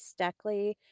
Steckley